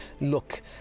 look